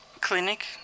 Clinic